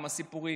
עם הסיפורים.